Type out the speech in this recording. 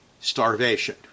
starvation